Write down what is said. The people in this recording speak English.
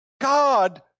God